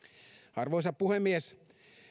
arvoisa puhemies